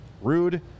Rude